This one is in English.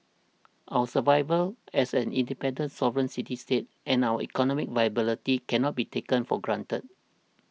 our survival as an independent sovereign city state and our economic viability cannot be taken for granted